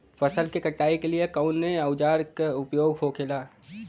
फसल की कटाई के लिए कवने औजार को उपयोग हो खेला?